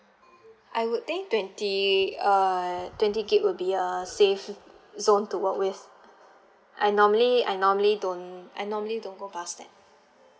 I would think twenty uh twenty gigabytes will be a safe zone to work with I normally I normally don't I normally don't go pass that